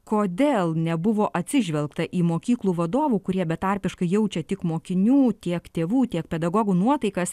kodėl nebuvo atsižvelgta į mokyklų vadovų kurie betarpiškai jaučia tiek mokinių tiek tėvų tiek pedagogų nuotaikas